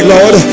Lord